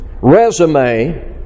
resume